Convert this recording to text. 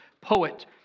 poet